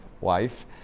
wife